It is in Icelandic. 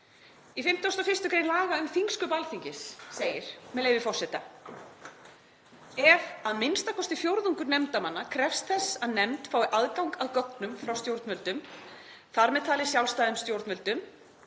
Í 51. gr. laga um þingsköp Alþingis segir, með leyfi forseta: „Ef að minnsta kosti fjórðungur nefndarmanna krefst þess að nefnd fái aðgang að gögnum frá stjórnvöldum, þ.m.t. sjálfstæðum stjórnvöldum,